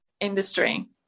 industry